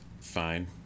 fine